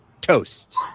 toast